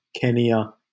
Kenya